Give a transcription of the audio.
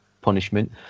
punishment